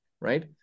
right